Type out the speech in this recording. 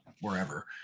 wherever